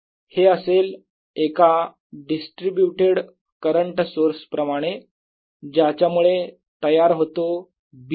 हे असेल एका डिस्ट्रीब्यूटेड करंट सोर्स प्रमाणे ज्याच्यामुळे तयार होतो B